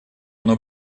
оно